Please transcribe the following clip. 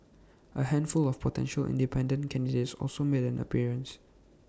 A handful of potential independent candidates also made an appearance